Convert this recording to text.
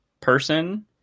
person